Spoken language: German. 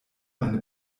eine